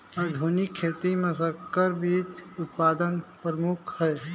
आधुनिक खेती म संकर बीज उत्पादन प्रमुख हे